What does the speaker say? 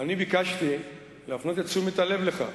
ואני ביקשתי להפנות את תשומת הלב לכך